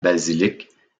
basilique